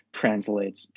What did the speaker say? translates